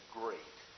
great